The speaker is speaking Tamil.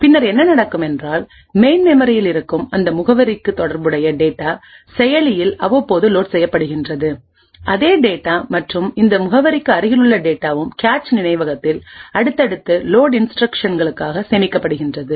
பின்னர் என்ன நடக்கும் என்றால் மெயின் மெமரியில் இருக்கும் அந்த முகவரிக்கு தொடர்புடைய டேட்டா செயலியில் அவ்வப்போது லோட் செய்யப்படுகின்றது அதே டேட்டா மற்றும் இந்த முகவரிக்கு அருகிலுள்ள டேட்டாவும் கேச் நினைவகத்தில் அடுத்தடுத்த லோட் இன்ஸ்டிரக்ஷனுக்காக சேமிக்கப்படுகிறது